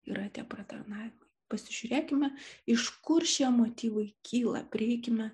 yra tie pratarnavę pasižiūrėkime iš kur šie motyvai kyla prieikime